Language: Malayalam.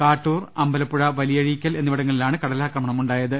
കാട്ടൂർ അമ്പലപ്പുഴ വലിയഴീക്കൽ എന്നിവിടങ്ങളിലാണ് കടലാക്രമണമുണ്ടായത്